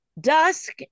dusk